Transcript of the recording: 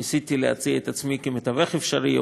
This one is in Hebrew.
ניסיתי להציע את עצמי כמתווך אפשרי,